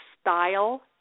style